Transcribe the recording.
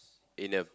in a